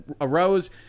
arose